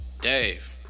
Dave